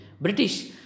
British